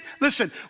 listen